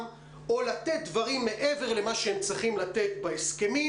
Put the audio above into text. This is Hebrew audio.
או לתת דברים מעבר למה שהם צריכים לתת בהסכמים,